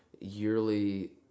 yearly